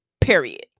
period